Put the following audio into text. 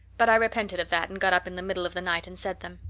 but i repented of that and got up in the middle of the night and said them.